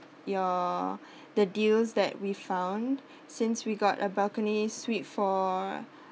your the deals that we found since we got a balcony suite for